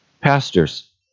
pastors